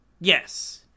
Yes